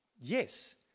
yes